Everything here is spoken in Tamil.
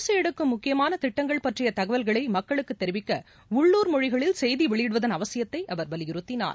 அரசு எடுக்கும் முக்கியமான திட்டங்கள் பற்றிய தகவல்களை மக்களுக்கு தெரிவிக்க உள்ளூர் மொழிகளில் செய்தி வெளியிடுவதன் அவசியத்தை அவர் வலியுறுத்தினார்